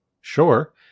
Sure